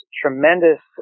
tremendous